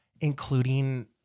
including